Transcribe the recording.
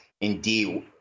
indeed